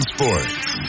Sports